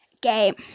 game